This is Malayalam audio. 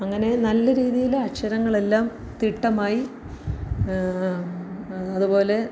അങ്ങനെ നല്ല രീതിയിൽ അക്ഷരങ്ങളെല്ലാം തിട്ടമായി അതുപോലെ